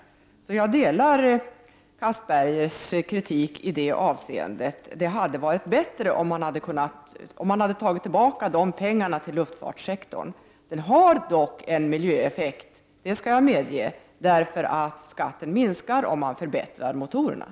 Jag instämmer alltså i Anders Castbergers kritik i detta avseende, nämligen att det hade varit bättre om dessa pengar hade förts tillbaka till luftfartssektorn. Avgiften har dock en miljöeffekt, det skall jag medge, eftersom skatten minskar om motorerna förbättras.